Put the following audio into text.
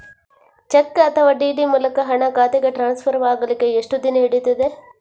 Check ಅಥವಾ DD ಮೂಲಕ ಹಣ ಖಾತೆಗೆ ಟ್ರಾನ್ಸ್ಫರ್ ಆಗಲಿಕ್ಕೆ ಎಷ್ಟು ದಿನ ಹಿಡಿಯುತ್ತದೆ?